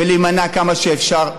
ולהימנע כמה שאפשר מהריסות.